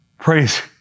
Praise